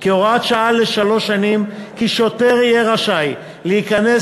כהוראת שעה לשלוש שנים כי שוטר יהיה רשאי להיכנס